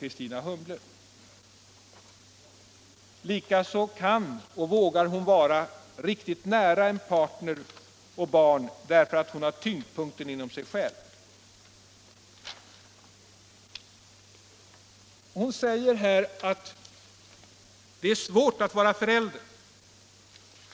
Likaså kan och vågar hon vara riktigt nära en partner och barn, därför att hon har tyngdpunkten inom sig själv.” Kristina Humble skriver vidare att det är svårt att vara förälder.